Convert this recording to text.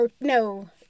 No